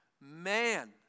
Man